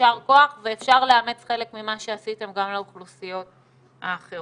יישר כוח ואפשר לאמץ חלק ממה שעשיתם גם לאוכלוסיות האחרות.